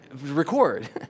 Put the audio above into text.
record